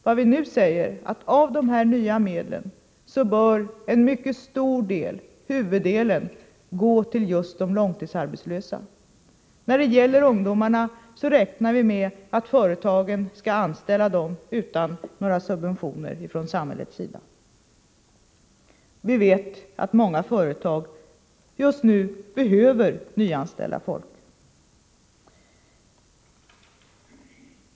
Vi säger nu att huvuddelen av de nya medlen bör gå till just de långtidsarbetslösa. När det gäller ungdomarna räknar vi med att företagen skall anställa dem utan några subventioner från samhällets sida. Vi vet att många företag just nu behöver nyanställa folk.